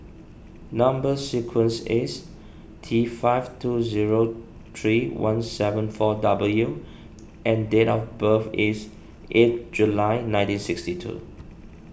Number Sequence is T five two zero three one seven four W and date of birth is eighth July nineteen sixty two